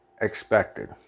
expected